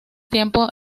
tiempo